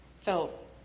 felt